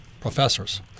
professors